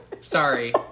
Sorry